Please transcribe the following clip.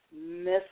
miss